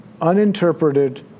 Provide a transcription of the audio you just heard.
uninterpreted